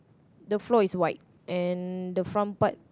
the floor is white and the front part